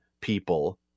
people